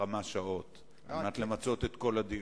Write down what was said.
בכמה שעות כדי למצות את כל הדיון.